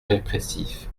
répressif